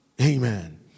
Amen